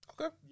Okay